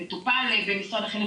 ומטופל במשרד החינוך,